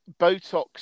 Botox